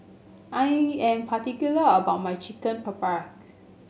I am particular about my Chicken Paprikas